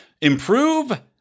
Improve